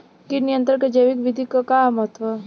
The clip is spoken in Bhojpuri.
कीट नियंत्रण क जैविक विधि क का महत्व ह?